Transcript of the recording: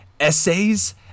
essays